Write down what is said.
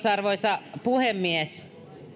arvoisa puhemies